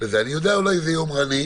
אני יודע שאולי זה יומרני,